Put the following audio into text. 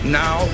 now